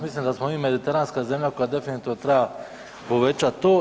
Mislim da smo mi mediteranska zemlja koja definitivno treba povećati to.